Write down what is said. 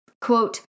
quote